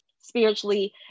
spiritually